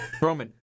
Roman